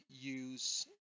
use